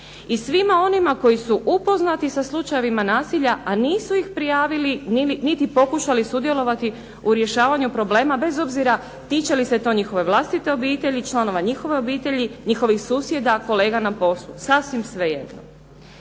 i svima onima koji su upoznati sa slučajevima nasilja a nisu ih prijavili niti pokušali sudjelovati u rješavanju problema bez obzira tiče li se to njihove vlastite obitelji, članove njihove obitelji, njihovih susjeda, kolega na poslu, sasvim svejedno.